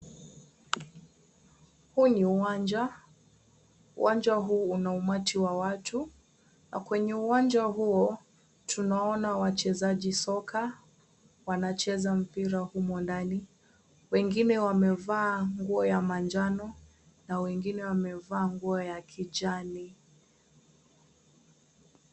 Huu ni uwanja. Uwanja huu una umati wa watu na kwenye uwanja huo, tunaona wachezaji soka wanacheza mpira humo ndani. Wengine wamevaa nguo ya manjano na wengine wamevaa nguo ya kijani.